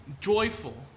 joyful